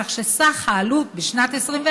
כך שסך העלות בשנת 2021,